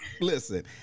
listen